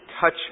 touch